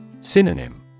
Synonym